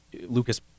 Lucas